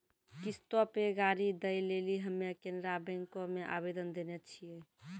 किश्तो पे गाड़ी दै लेली हम्मे केनरा बैंको मे आवेदन देने छिये